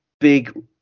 big